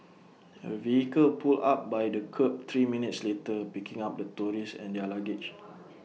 A vehicle pulled up by the kerb three minutes later picking up the tourists and their luggage